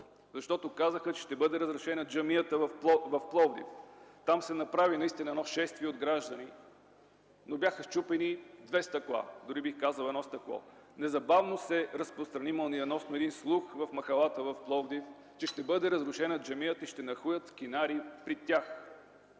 защото казаха, че ще бъде разрушена джамията в Пловдив. Там бе направено шествие от граждани, но бяха счупени две стъкла, дори бих казал едно стъкло. Незабавно, мълниеносно се разпространи един слух в махалата в Пловдив, че ще бъде разрушена джамията и ще нахлуят скинари при тях,